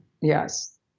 yes